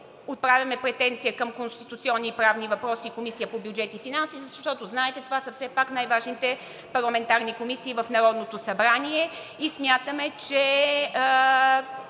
отправяме претенция към Комисията по конституционни и правни въпроси и Комисията по бюджет и финанси, защото, знаете, това са все пак най-важните парламентарни комисии в Народното събрание и смятаме, че